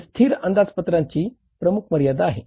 जे स्थिर अंदाजपत्राची प्रमुख मर्यादा आहे